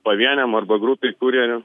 pavieniam arba grupei kurjerių